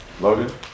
Logan